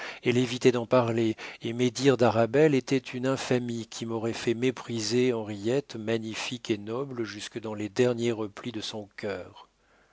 elle évitait d'en parler et médire d'arabelle était une infamie qui m'aurait fait mépriser henriette magnifique et noble jusque dans les derniers replis de son cœur